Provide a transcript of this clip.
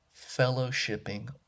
fellowshipping